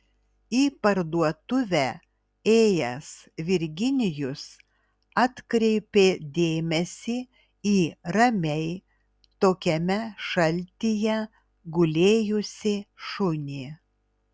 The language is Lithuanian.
į parduotuvę ėjęs virginijus atkreipė dėmesį į ramiai tokiame šaltyje gulėjusį šunį